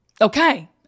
okay